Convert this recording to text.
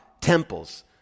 temples